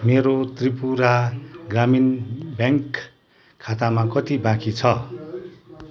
मेरो त्रिपुरा ग्रामीण ब्याङ्क खातामा कति बाँकी छ